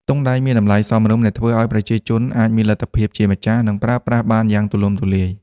ទង់ដែងមានតម្លៃសមរម្យ ដែលធ្វើឲ្យប្រជាជនអាចមានលទ្ធភាពជាម្ចាស់ និងប្រើប្រាស់បានយ៉ាងទូលំទូលាយ។